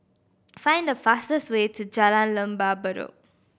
find the fastest way to Jalan Lembah Bedok